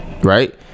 Right